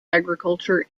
agriculture